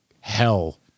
hell